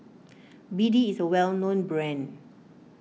B D is a well known brand